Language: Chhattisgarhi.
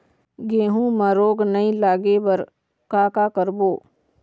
गेहूं म रोग नई लागे बर का का करबो?